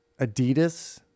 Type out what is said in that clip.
Adidas